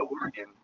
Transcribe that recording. Oregon